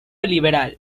liberal